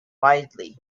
widely